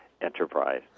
enterprise